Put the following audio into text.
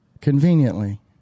conveniently